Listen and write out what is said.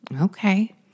Okay